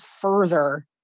further